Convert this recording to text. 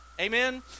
Amen